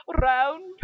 round